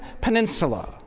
Peninsula